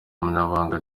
umunyamabanga